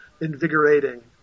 invigorating